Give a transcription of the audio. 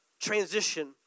transition